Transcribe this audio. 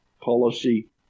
policy